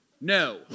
No